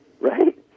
right